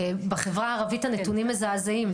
בחברה הערבית הנתונים מזעזעים.